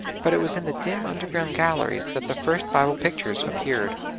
but it was in the dim underground galleries that the first bible pictures appeared.